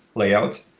layout.